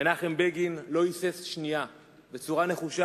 מנחם בגין לא היסס לשנייה ובצורה נחושה